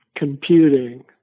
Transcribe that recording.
Computing